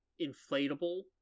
inflatable